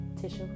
tissue